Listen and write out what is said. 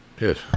Yes